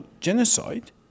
genocide